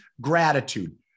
gratitude